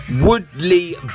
Woodley